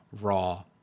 raw